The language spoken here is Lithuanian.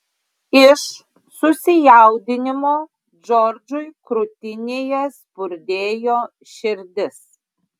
iš susijaudinimo džordžui krūtinėje spurdėjo širdis